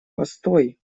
постой